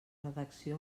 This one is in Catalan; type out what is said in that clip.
redacció